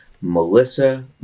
Melissa